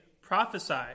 prophesy